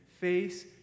face